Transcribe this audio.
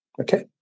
okay